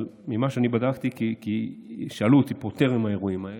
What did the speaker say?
אבל ממה שבדקתי, כי שאלו אותי בטרם האירועים האלה,